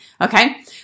Okay